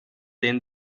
denn